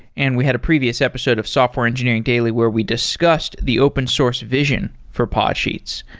and we had a previous episode of software engineering daily where we discussed the open source vision for podsheets.